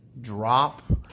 drop